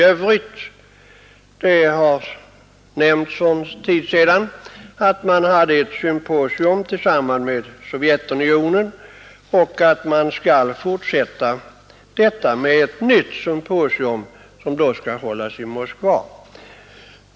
Sålunda hade man för en tid sedan ett symposium tillsammans med Sovjetunionen, och man skall fortsätta med ett nytt sådant symposium förlagt till Moskva.